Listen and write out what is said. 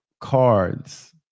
cards